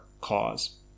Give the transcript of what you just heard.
cause